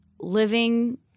living